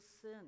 sin